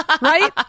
Right